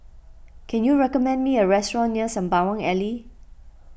can you recommend me a restaurant near Sembawang Alley